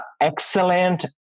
excellent